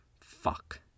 Fuck